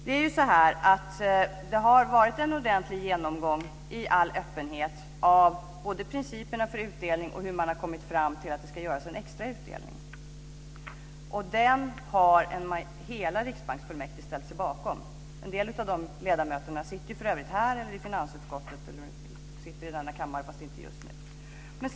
Det har ju varit en ordentlig genomgång i all öppenhet av både principerna för utdelning och hur man har kommit fram till att det ska göras en extra utdelning. Den har hela riksbanksfullmäktige ställt sig bakom. En del av de ledamöterna sitter för övrigt här i finansutskottet eller i denna kammare fast inte just nu.